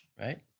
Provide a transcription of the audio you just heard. right